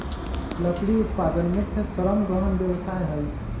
लकड़ी उत्पादन मुख्य श्रम गहन व्यवसाय हइ